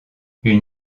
une